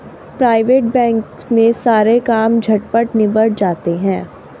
private bank में सारे काम झटपट निबट जाते हैं